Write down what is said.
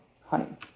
honey